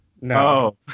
No